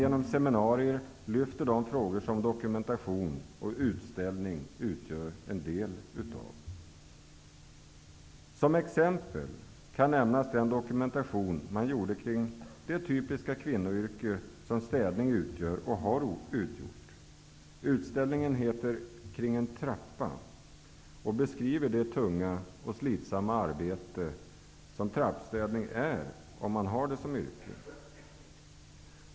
Genom seminarier lyfter man fram de frågor som dokumentation och utställning utgör en del av. Som exempel kan nämnas den dokumentation som man gjorde kring det typiska kvinnoyrke som städning utgör. Utställningen heter Kring en trappa. Den beskriver det tunga och slitsamma arbete som trappstädning är om man har det som yrke.